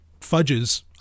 fudges